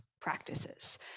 practices